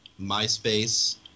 MySpace